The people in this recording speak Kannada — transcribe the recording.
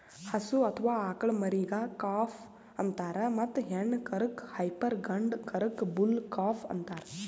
ಹಸು ಅಥವಾ ಆಕಳ್ ಮರಿಗಾ ಕಾಫ್ ಅಂತಾರ್ ಮತ್ತ್ ಹೆಣ್ಣ್ ಕರಕ್ಕ್ ಹೈಪರ್ ಗಂಡ ಕರಕ್ಕ್ ಬುಲ್ ಕಾಫ್ ಅಂತಾರ್